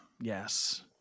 Yes